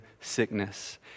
sickness